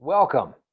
Welcome